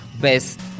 best